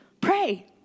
Pray